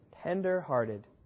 Tender-hearted